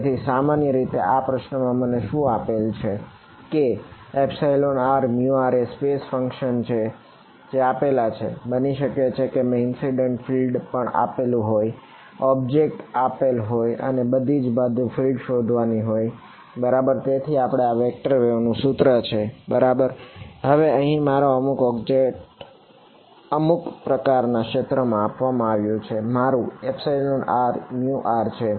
તેથી સામાન્ય રીતે આ પ્રશ્ન માં મને શું આપેલ છે કે rr એ સ્પેસ સાથે અમુક પ્રકારના ક્ષેત્ર આપવામાં આવ્યું છે આ મારુ rr છે